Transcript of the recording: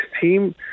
team